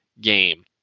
game